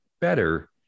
better